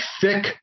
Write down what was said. thick